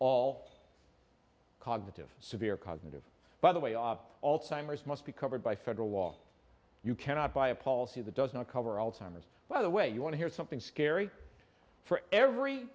all cognitive severe cognitive by the way off all timers must be covered by federal law you cannot buy a policy that does not cover alzheimer's by the way you want to hear something scary for every